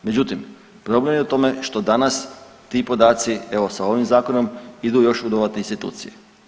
Međutim, problem je u tome što danas ti podaci, evo, sa ovim Zakonom idu još u dodatne institucije.